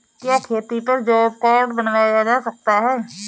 क्या खेती पर जॉब कार्ड बनवाया जा सकता है?